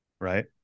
Right